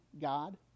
God